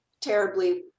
terribly